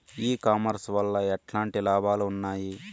ఈ కామర్స్ వల్ల ఎట్లాంటి లాభాలు ఉన్నాయి?